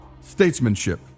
statesmanship